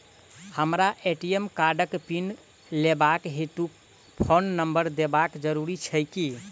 हमरा ए.टी.एम कार्डक पिन लेबाक हेतु फोन नम्बर देबाक जरूरी छै की?